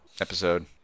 episode